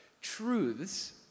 truths